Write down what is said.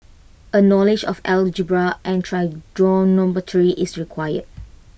A knowledge of algebra and trigonometry is required